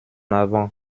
avant